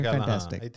Fantastic